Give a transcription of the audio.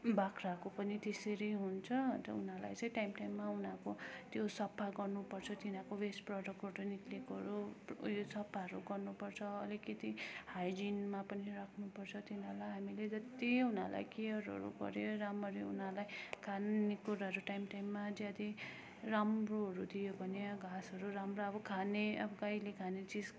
बाख्राको पनि त्यसरी हुन्छ अन्त उनीहरूलाई टाइम टाइममा उनीहरूको त्यो सफा गर्नुपर्छ तिनीहरूको वेस्ट प्रडक्टहरू निक्लिएकोहरू उयो सफाहरू गर्नुपर्छ अलिकति हाइजिनमा पनि राख्नुपर्छ तिनीहरूलाई हामीले जति उनीहरूलाई केयरहरू गरेर राम्ररी उनीहरूलाई खानेकुराहरू टाइम टाइममा यदि राम्रोहरू दियो भने अब घाँसहरू राम्रो खाने अब गाईले खाने चिज